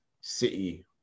City